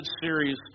series